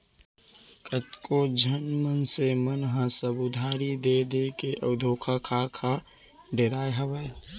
कतको झन मनसे मन ह सब उधारी देय देय के अउ धोखा खा खा डेराय हावय